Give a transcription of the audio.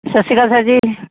ਸਤਿ ਸ਼੍ਰੀ ਅਕਾਲ ਸਰ ਜੀ